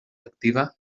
activa